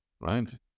right